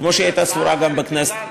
כמו שהייתה סבורה גם בכנסת,